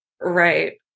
Right